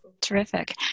terrific